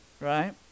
right